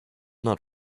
not